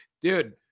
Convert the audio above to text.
dude